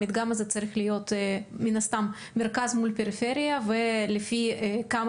המדגם הזה צריך להיות מן הסתם מרכז מול פריפריה ולפי כמה